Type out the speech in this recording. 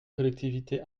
collectivités